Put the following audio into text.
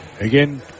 Again